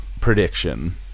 prediction